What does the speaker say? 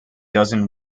dozen